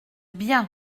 bien